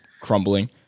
crumbling